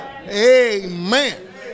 Amen